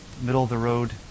middle-of-the-road